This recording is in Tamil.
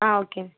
ah okay ma'am